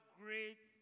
great